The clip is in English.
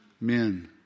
men